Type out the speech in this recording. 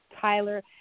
Tyler